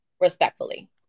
respectfully